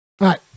right